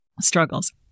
struggles